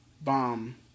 bomb